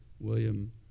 William